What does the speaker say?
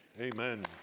Amen